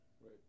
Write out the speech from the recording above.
Right